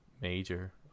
major